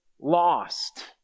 lost